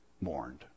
mourned